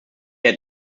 had